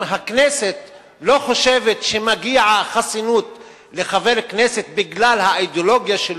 אם הכנסת לא חושבת שמגיעה חסינות לחבר כנסת בגלל האידיאולוגיה,